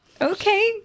Okay